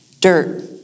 Dirt